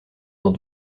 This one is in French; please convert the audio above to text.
dans